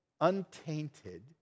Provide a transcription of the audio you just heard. untainted